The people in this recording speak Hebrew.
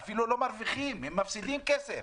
הם אפילו לא מרוויחים, הם מפסידים כסף.